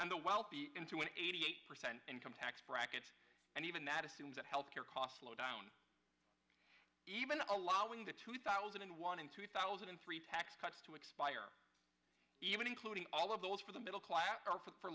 and the wealthy into an eighty eight percent income tax bracket and even that assumes that health care costs flow down even allowing the two thousand and one and two thousand and three tax cuts to expire even including all of those for the middle class or for